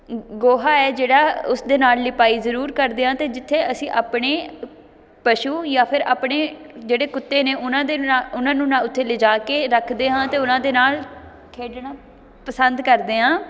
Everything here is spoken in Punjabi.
ਗੋਹਾ ਹੈ ਜਿਹੜਾ ਉਸ ਦੇ ਨਾਲ ਲਿਪਾਈ ਜ਼ਰੂਰ ਕਰਦੇ ਹਾਂ ਅਤੇ ਜਿੱਥੇ ਅਸੀਂ ਆਪਣੇ ਪਸ਼ੂ ਜਾਂ ਫਿਰ ਆਪਣੇ ਜਿਹੜੇ ਕੁੱਤੇ ਨੇ ਉਹਨਾਂ ਦੇ ਨਾ ਉਹਨਾਂ ਨੂੰ ਨਾ ਉੱਥੇ ਲਿਜਾ ਕੇ ਰੱਖਦੇ ਹਾਂ ਅਤੇ ਉਹਨਾਂ ਦੇ ਨਾਲ ਖੇਡਣਾ ਪਸੰਦ ਕਰਦੇ ਹਾਂ